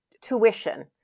tuition